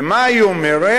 ומה היא אומרת?